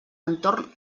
entorn